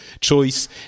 choice